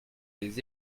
des